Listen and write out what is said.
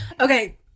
Okay